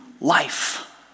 life